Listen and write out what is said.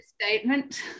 Statement